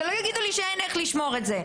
אז שלא יגידו לי שאין איך לשמור את זה.